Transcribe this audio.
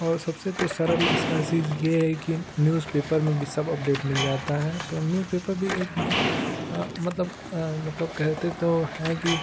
और सबसे तो सरल इसका चीज़ ये है कि न्यूज़ पेपर में भी सब अपडेट मिल जाता है तो हम न्यूज़पेपर भी एक मतलब मतलब कहते तो हैं कि